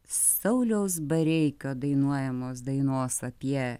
sauliaus bareikio dainuojamos dainos apie